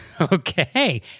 Okay